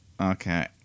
Okay